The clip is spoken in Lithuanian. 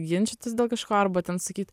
ginčytis dėl kažko arba ten sakyt